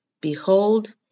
Behold